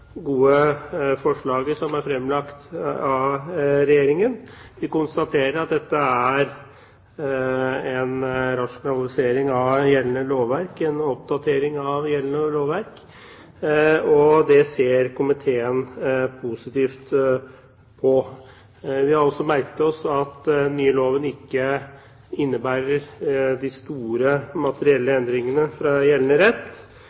gode forslaget som er fremlagt av Regjeringen. Vi konstaterer at dette er en rasjonalisering av gjeldende lovverk, en oppdatering av gjeldende lovverk, og det ser komiteen positivt på. Vi har også merket oss at den nye loven ikke innebærer de store materielle endringene fra gjeldende rett,